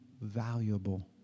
valuable